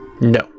No